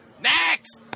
Next